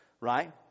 right